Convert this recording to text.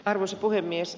arvoisa puhemies